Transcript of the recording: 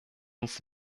uns